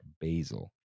basil